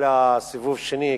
לסיבוב שני,